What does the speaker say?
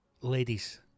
ladies